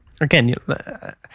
again